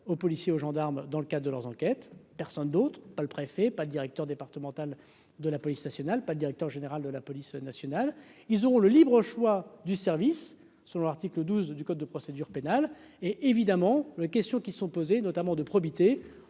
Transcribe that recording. aux policiers, aux gendarmes dans le cadre de leurs enquêtes, personne d'autre, pas le préfet par le directeur départemental de la police nationale, par le directeur général de la police nationale, ils ont le libre choix du service, selon l'article 12 du code de procédure pénale et évidemment les questions qui sont posées, notamment de probité,